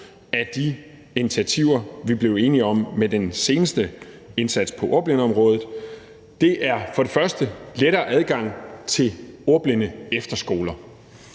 af de initiativer, vi blev enige om med den seneste indsats på ordblindeområdet. Det er for det første lettere adgang til ordblindeefterskoler.